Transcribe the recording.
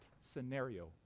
scenario